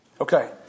Okay